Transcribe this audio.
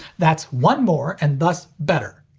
that's one more and thus better.